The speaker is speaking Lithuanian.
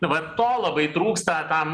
va to labai trūksta tam